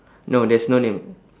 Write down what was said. no there's no name